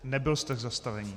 Nebyl jste k zastavení.